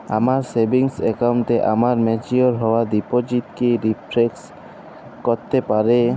আমার সেভিংস অ্যাকাউন্টে আমার ম্যাচিওর হওয়া ডিপোজিট কি রিফ্লেক্ট করতে পারে?